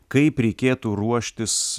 kaip reikėtų ruoštis